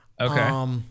Okay